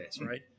right